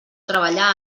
treballar